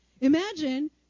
Imagine